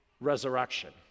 resurrection